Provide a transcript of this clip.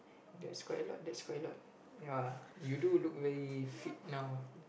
that's quite a lot that's quite a lot ya you do look very fit now